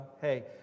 hey